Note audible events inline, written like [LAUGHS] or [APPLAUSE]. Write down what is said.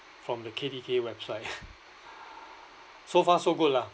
from the K_D_K website [LAUGHS] so far so good lah